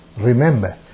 remember